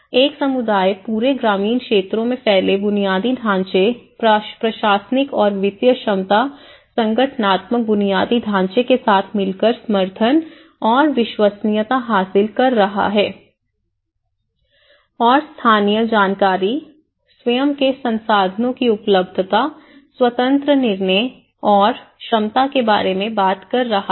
एक समुदाय पूरे ग्रामीण क्षेत्रों में फैले बुनियादी ढांचे प्रशासनिक और वित्तीय क्षमता संगठनात्मक बुनियादी ढांचे के साथ मिलकर समर्थन और विश्वसनीयता हासिल कर रहा है और स्थानीय जानकारी स्वयं के संसाधनों की उपलब्धता स्वतंत्र निर्णय और क्षमता के बारे में बात कर रहा है